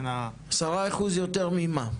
10% יותר ממה?